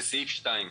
בסעיף 2,